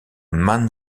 man